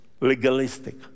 legalistic